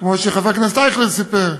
כמו שחבר הכנסת אייכלר סיפר,